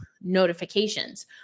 notifications